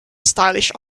stylish